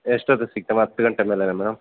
ಎಷ್ಟೊತ್ಗೆ ಸಿಗ್ತಿರ ಮ್ಯಾಮ್ ಹತ್ತು ಗಂಟೆ ಮೇಲೆನಾ ಮೇಡಮ್